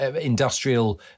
industrial